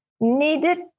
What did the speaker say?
needed